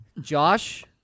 Josh